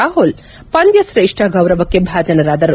ರಾಹುಲ್ ಪಂದ್ಯ ಶ್ರೇಷ್ತ ಗೌರವಕ್ಕೆ ಭಾಜನರಾದರು